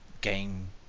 game